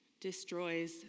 destroys